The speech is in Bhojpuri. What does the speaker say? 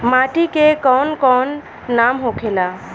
माटी के कौन कौन नाम होखेला?